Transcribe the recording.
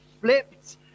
Flipped